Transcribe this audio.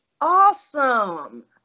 Awesome